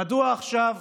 עכשיו,